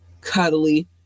cuddly